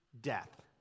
death